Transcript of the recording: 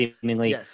seemingly